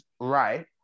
right